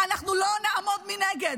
אנחנו לא נעמוד מנגד.